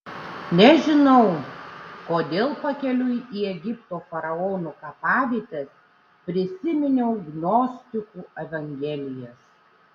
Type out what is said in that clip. nežinau kodėl pakeliui į egipto faraonų kapavietes prisiminiau gnostikų evangelijas